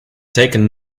taken